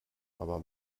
aber